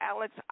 Alex